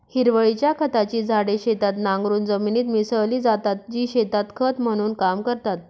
हिरवळीच्या खताची झाडे शेतात नांगरून जमिनीत मिसळली जातात, जी शेतात खत म्हणून काम करतात